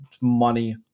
money